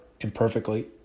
imperfectly